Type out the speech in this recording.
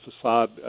facade